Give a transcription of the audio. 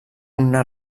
una